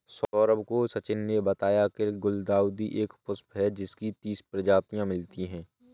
सौरभ को सचिन ने बताया की गुलदाउदी एक पुष्प है जिसकी तीस प्रजातियां मिलती है